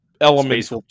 element